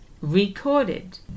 Recorded